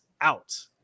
out